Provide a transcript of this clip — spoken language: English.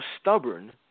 stubborn